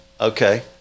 Okay